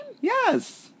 Yes